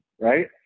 right